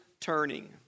turning